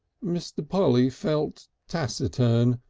mr. polly felt taciturn,